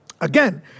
again